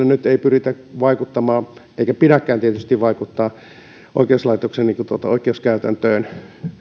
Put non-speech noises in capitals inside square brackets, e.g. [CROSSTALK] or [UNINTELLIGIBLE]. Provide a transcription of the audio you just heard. [UNINTELLIGIBLE] nyt ei pyritä vaikuttamaan eikä pidäkään tietysti vaikuttaa oikeuslaitoksen oikeuskäytäntöön